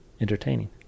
entertaining